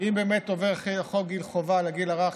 לטפל בזה, אם באמת עובר חוק חובה לגיל הרך.